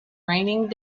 raining